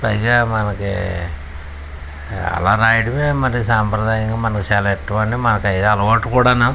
పైగా మనకు అలా రాయడం మన సాంప్రదాయం మనకు చాలా ఇష్టం అండి మాకు అవే అలవాటు కూడా